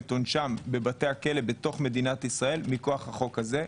את עונשם בבתי הכלא בתוך מדינת ישראל מכוח החוק הזה.